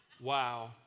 Wow